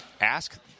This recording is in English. ask